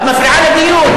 את מפריעה לדיון.